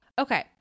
Okay